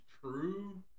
true